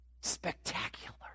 Spectacular